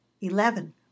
eleven